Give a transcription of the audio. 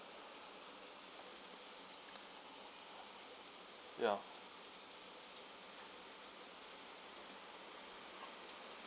ya